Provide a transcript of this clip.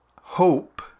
hope